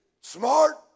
smart